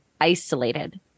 Isolated